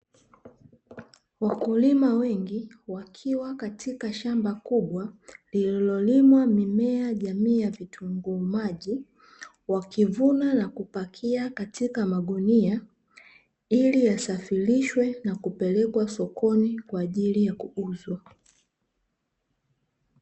Wakulima wengi wakiwa katika shamba kubwa lililolimwa mimea jamii ya vitunguu maji, wakivuna na kupakia katika magunia, ili yasafirishwe na kupelekwa sokoni kwa ajili ya kuuzwa.